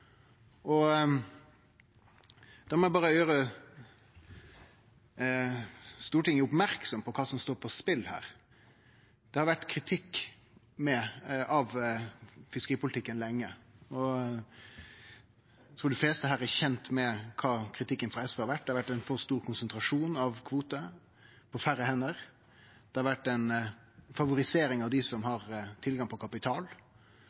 Da må eg berre gjere Stortinget merksam på kva som står på spel her. Det har vore kritikk av fiskeripolitikken lenge, og eg trur dei fleste her er kjende med kva kritikken frå SV har vore – det har vore ein for stor konsentrasjon av kvotar på færre hender, det har vore ei favorisering av dei som har tilgang på kapital.